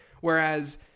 whereas